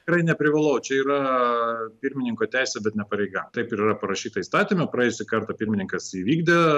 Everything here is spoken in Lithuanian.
tikrai neprivalau čia yra pirmininko teisė bet ne pareiga taip ir yra parašyta įstatyme praėjusį kartą pirmininkas įvykdė